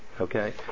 okay